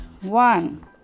one